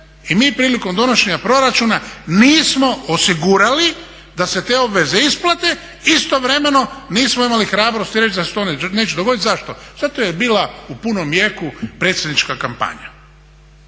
i mi prilikom donošenja proračuna nismo osigurali da se te obveze isplate, istovremeno nismo imali hrabrosti reći da se to neće dogoditi. Zašto? Zato jer je bila u punom jeku predsjednička kampanja.